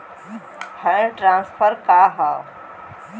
Fund transfer का हव?